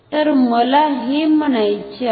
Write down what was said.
तर मला हे म्हणायचे आहे